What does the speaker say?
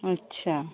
अच्छा